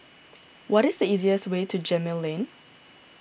what is the easiest way to Gemmill Lane